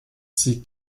sieht